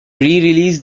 release